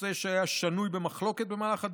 נושא שהיה שנוי במחלוקת במהלך הדיונים,